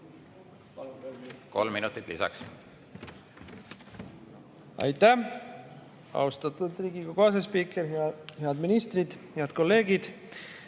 Kolm minutit lisaks.